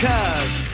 Cause